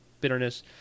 bitterness